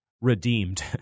redeemed